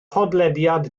podlediad